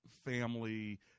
family